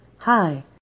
Hi